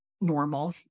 normal